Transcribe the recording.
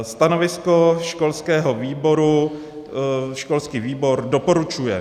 Stanovisko školského výboru, školský výbor doporučuje.